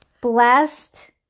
blessed